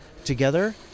together